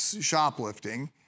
shoplifting